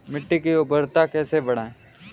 मिट्टी की उर्वरता कैसे बढ़ाएँ?